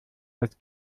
als